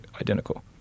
identical